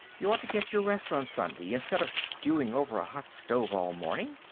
you ought to get your rest on sunday instead of stewing over a hot stove all morning.